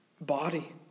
body